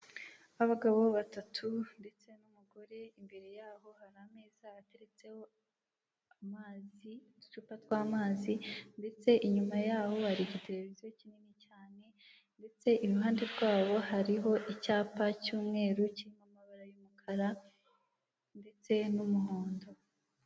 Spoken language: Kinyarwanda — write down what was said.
Abagabo batatu ndetse n'umugore imbere yabo hari ameza ateretseho amazi, uducupa tw'amazi ndetse inyuma yaho hari igitereviziyo kinini cyane ndetse iruhande rwabo hariho icyapa cy'umweru kirimo amabara y'umukara ndetse n'umuhondo.